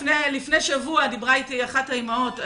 לפני שבוע דיברה איתי אחת האימהות.